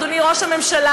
אדוני ראש הממשלה,